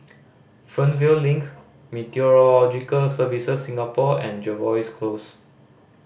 Fernvale Link Meteorological Services Singapore and Jervois Close